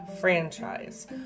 franchise